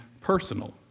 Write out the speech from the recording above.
personal